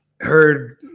heard